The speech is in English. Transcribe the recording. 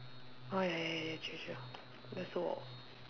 oh ya ya ya ya true true then so hot